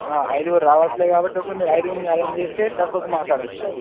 ఐదుగురు రావట్లేదు కాబట్టి ఒక మీరు ఐదుగురిని అరేంజ్ చేస్తే తక్కువకు మాట్లాడవచ్చు